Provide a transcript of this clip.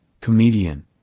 comedian